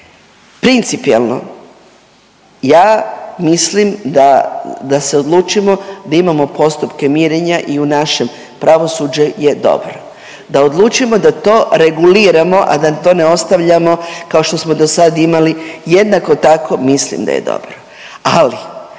principijelno ja mislim da, da se odlučimo da imamo postupke mirenja i u našem pravosuđe je dobro. Da odlučimo da to reguliramo, a da to ne ostavljamo kao što smo dosad imali jednako tako mislim da je dobro, ali